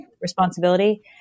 responsibility